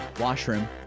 washroom